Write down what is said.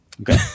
Okay